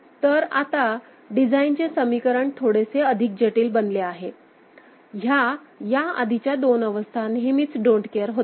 तर आता डिझाइनचे समीकरण थोडेसे अधिक जटिल बनले आहे ह्या या आधीच्या दोन अवस्था नेहमीच डोन्ट केअर होत्या